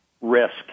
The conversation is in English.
risk